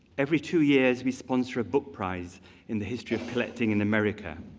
every two years we sponsor a book prize in the history of collecting in america.